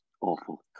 Awful